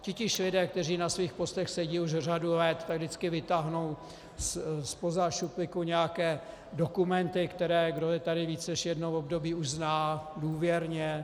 Titíž lidé, kteří na svých postech sedí už řadu let, vždycky vytáhnou zpoza šuplíku nějaké dokumenty, které, kdo je tady více než jedno období, už zná důvěrně.